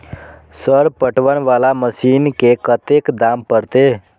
Sir पटवन वाला machine के कतेक दाम परतें?